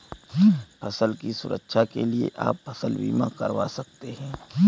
फसल की सुरक्षा के लिए आप फसल बीमा करवा सकते है